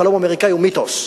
החלום האמריקני הוא מיתוס,